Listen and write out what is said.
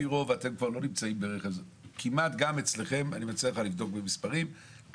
אני מציע לך לבדוק את המספרים,